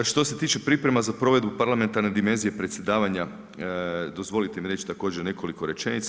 Što se tiče priprema za provedbu parlamentarne dimenzije predsjedavanja dozvolite mi reći također nekoliko rečenica.